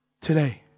Today